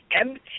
empty